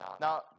Now